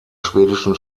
schwedischen